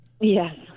yes